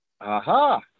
aha